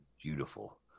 beautiful